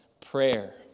prayer